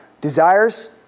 desires